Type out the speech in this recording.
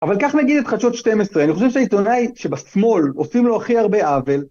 אבל כך נגיד את חדשות 12, אני חושב שהעיתונאי שבשמאל עושים לו הכי הרבה עוול...